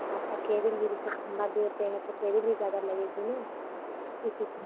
आपका केबिल भी जैसे खंभा देते हैं तो केबिल भी ज़्यादा लगेगी ना इस